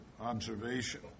observation